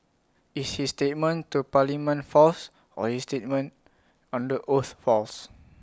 is his statement to parliament false or is statement under oath false